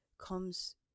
comes